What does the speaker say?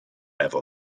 efo